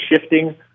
shifting